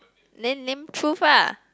then then truth ah